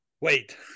wait